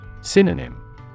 Synonym